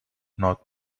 not